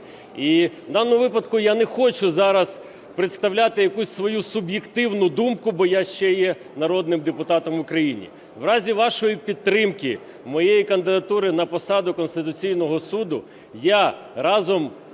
І в даному випадку я не хочу зараз представляти якусь свою суб'єктивну думку, бо я ще є народним депутатом України. В разі вашої підтримки моєї кандидатури на посаду Конституційного Суду, я, разом